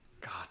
God